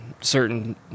certain